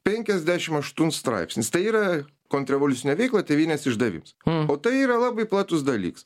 penkiasdešim aštunts straipsnis tai yra kontrrevoliucinė veikla tėvynės išdavims o tai yra labai platus dalyks